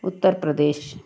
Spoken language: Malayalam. ഉത്തർപ്രദേശ്